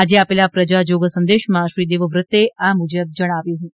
આજે આપેલા પ્રજાજોગ સંદેશમાં શ્રી દેવવ્રતે આ મુજબ જણાવ્યું હતું